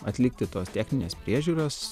atlikti tos techninės priežiūros